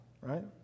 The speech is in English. right